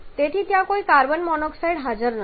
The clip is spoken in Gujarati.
તેથી ત્યાં કોઈ કાર્બન મોનોક્સાઇડ વગેરે હાજર નથી